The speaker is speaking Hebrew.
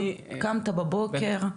קמת בבוקר ומה?